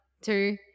two